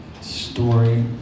story